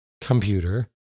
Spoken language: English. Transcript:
computer